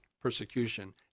persecution